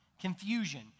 confusion